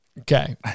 Okay